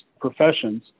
professions